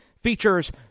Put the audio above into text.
features